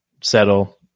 settle